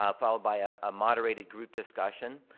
ah followed by a moderated group discussion,